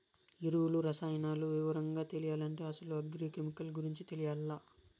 ఎరువులు, రసాయనాలు వివరంగా తెలియాలంటే అసలు అగ్రి కెమికల్ గురించి తెలియాల్ల